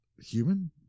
human